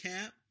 Cap